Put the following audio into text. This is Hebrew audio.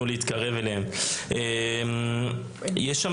נכון, יש שם